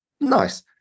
nice